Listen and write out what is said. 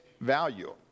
value